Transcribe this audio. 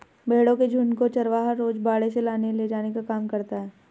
भेंड़ों के झुण्ड को चरवाहा रोज बाड़े से लाने ले जाने का काम करता है